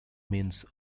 means